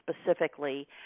specifically